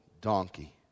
donkey